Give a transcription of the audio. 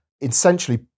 essentially